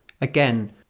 Again